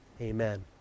amen